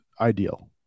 ideal